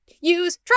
Use